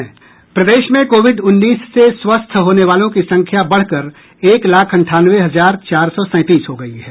प्रदेश में कोविड उन्नीस से स्वस्थ होने वालों की संख्या बढ़कर एक लाख अंठावने हजार चार सौ सैंतीस हो गयी है